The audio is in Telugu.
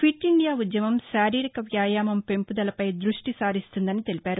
ఫిట్ ఇండియా ఉద్యమం శారీరక వ్యాయామం పెంపుదలపై దృష్టి సారిస్తుందని తెలిపారు